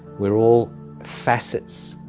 we are all facets,